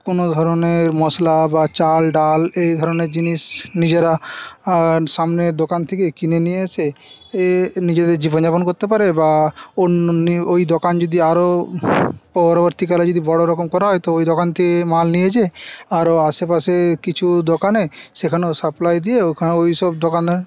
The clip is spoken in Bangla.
কোনো ধরনের মশলা বা চাল ডাল এই ধরনের জিনিস নিজেরা সামনের দোকান থেকে কিনে নিয়ে এসে এ নিজেদের জীবনযাপন করতে পারে বা অন্য ওই দোকান যদি আরও পরবর্তীকালে যদি বড় রকম করা হয় তো ওই দোকান থেকে মাল নিয়ে গিয়ে আরও আশেপাশে কিছু দোকানে সেখানেও সাপ্লাই দিয়ে ওখানে ওইসব দোকানে